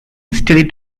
studied